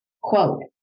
quote